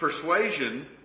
persuasion